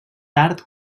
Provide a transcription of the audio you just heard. tard